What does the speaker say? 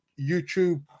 YouTube